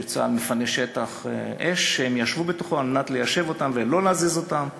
שצה"ל מפנה שטח אש שהם ישבו בתוכו על מנת ליישב אותם ולא להזיז אותם.